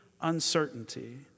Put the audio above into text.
uncertainty